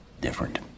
different